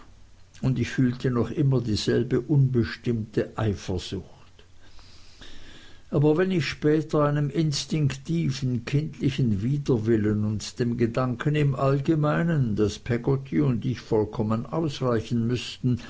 und ich fühlte immer noch dieselbe unbestimmte eifersucht aber wenn ich außer einem instinktiven kindlichen widerwillen und dem gedanken im allgemeinen daß peggotty und ich vollkommen ausreichen müßten